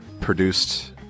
produced